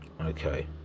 Okay